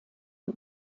die